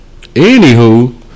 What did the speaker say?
Anywho